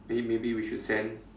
may~ maybe we should send